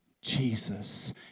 Jesus